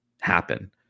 happen